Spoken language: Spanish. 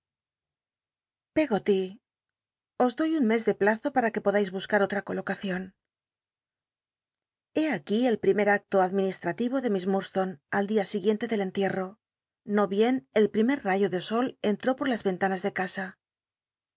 peggoty os doy un mes de plazo para que podais buscar olt'a colocacion hé aquí el primer acto administratho de mi s furdstone al dia siguiente del cntict't'o no bien rl primer rayo de sol entró por las i'cnt nas de ca